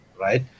right